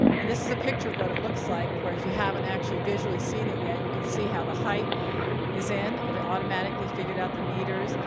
and this is a picture of what it looks like or if you haven't actually visually seen it yet, you can see how the height is in. it it automatically figured out the meters.